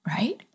right